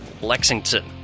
Lexington